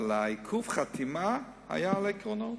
אבל עיכוב החתימה היה על העקרונות: